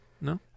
no